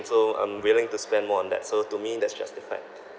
so I'm willing to spend more on that so to me that's justified